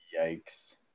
Yikes